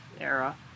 era